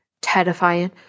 terrifying